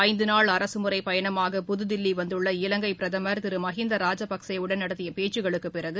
ஐந்து நாள் அரசுமுறை பயணமாக புதுதில்லி வந்துள்ள இவங்கை பிரதமர் திரு மகிந்தா ராஜபக்சேயுடன் நடத்திய பேச்சுக்களுக்குப் பிறகு